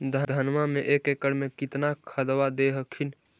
धनमा मे एक एकड़ मे कितना खदबा दे हखिन?